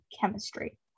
chemistry